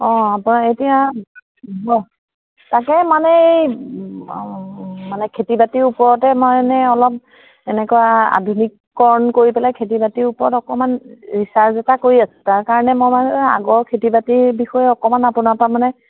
অঁ পাই এতিয়া অঁ তাকে মানে এই মানে খেতি বাতিৰ ওপৰতে মানে অলপ এনেকুৱা আধুনিকৰণ কৰি পেলাই খেতি বাতি ওপৰত অকণমান ৰিছাৰ্চ এটা কৰি আছোঁ তাৰ কাৰণে মই মানে আগৰ খেতি বাতিৰ বিষয়ে অকণমান আপোনাৰ পৰা মানে